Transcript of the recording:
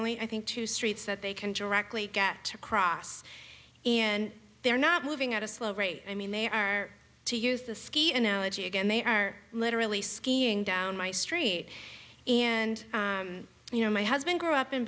only i think two streets that they can directly get across and they're not moving at a slow rate i mean they are to use the ski an analogy again they are literally skiing down my street and you know my husband grew up in